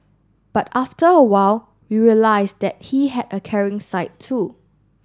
but after a while we realised that he had a caring side too